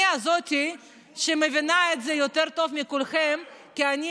אני זאת שמבינה את זה יותר טוב מכולכם כי אני